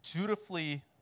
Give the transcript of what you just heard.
dutifully